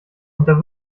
unter